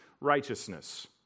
righteousness